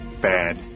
Bad